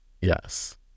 yes